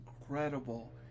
incredible